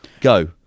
Go